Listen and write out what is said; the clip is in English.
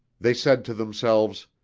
they said to themselves